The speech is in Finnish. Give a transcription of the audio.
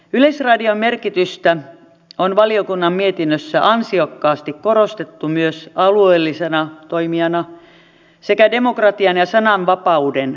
yleisradion merkitystä on valiokunnan mietinnössä ansiokkaasti korostettu myös alueellisena toimijana sekä demokratian ja sananvapauden kannalta